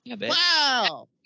wow